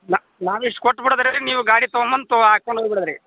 ನಾ ನಾವು ಇಷ್ಟು ಕೊಟ್ಟು ಬಿಡದ ರೀ ನೀವು ಗಾಡಿ ತಗೊಂಡ್ಬಂದು ತೊ ಹಾಕೊಂಡ್ ಹೋಗಿ ಬಿಡದು ರೀ